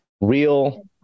real